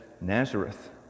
Nazareth